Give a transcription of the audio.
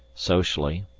socially,